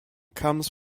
comes